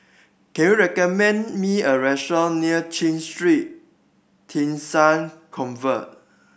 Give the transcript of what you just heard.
can you recommend me a restaurant near CHIJ Street Theresa's Convent